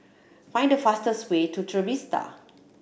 find the fastest way to Trevista